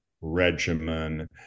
regimen